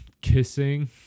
kissing